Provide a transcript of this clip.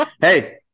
hey